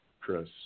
Chris